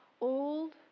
old